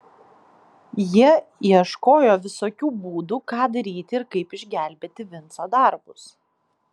jie ieškojo visokių būdų ką daryti ir kaip išgelbėti vinco darbus